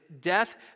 death